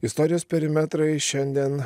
istorijos perimetrai šiandien